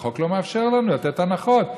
החוק לא מאפשר לנו לתת הנחות,